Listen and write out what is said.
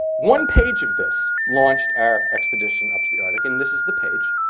one page of this launched our expedition up to the arctic. and this is the page.